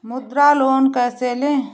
मुद्रा लोन कैसे ले?